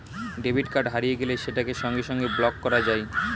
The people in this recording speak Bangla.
ডেবিট কার্ড হারিয়ে গেলে সেটাকে সঙ্গে সঙ্গে ব্লক করা যায়